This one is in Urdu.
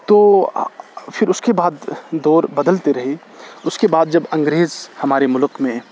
تو پھر اس کے بعد دور بدلتے رہے اس کے بعد جب انگریز ہمارے ملک میں